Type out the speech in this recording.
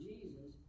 Jesus